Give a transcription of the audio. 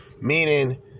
meaning